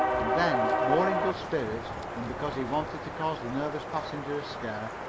and then, more in good spirits than because he wanted, to cause the nervous passenger a scare,